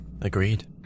Agreed